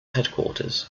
headquarters